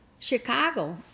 chicago